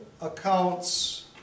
accounts